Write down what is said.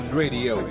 radio